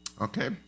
Okay